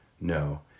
No